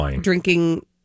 drinking